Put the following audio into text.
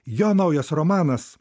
jo naujas romanas